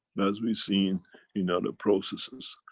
as we've seen in other processes.